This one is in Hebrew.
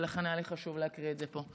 ולכן היה לי חשוב להקריא את זה פה.